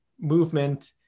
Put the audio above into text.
movement